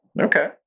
Okay